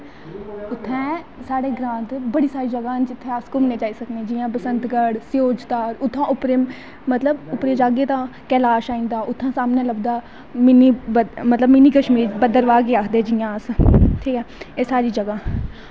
उत्थें साढ़ै ग्रांऽ बड़ी सारी जगां न जित्थें अस घूमनें गी जाई सकने जियां बसैंतगढ़ स्योज धार उत्थां दा उप्परे मतलव उप्परे गी जाह्गे तां कैलाश औंदा उत्थां दा सामनैं लब्भदा मिन्नी कश्मीर भदरवाह् गी आखदे अस ठीक ऐ एह् सारी जगा